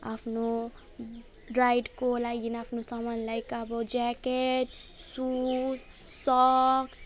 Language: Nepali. आफ्नो राइडको लागि आफ्नो सामान लाइक अब ज्याकेट सुज सक्स